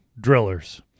Drillers